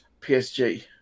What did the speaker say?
PSG